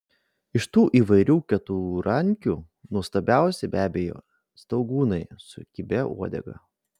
iš tų įvairių keturrankių nuostabiausi be abejo staugūnai su kibia uodega